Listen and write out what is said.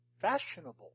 fashionable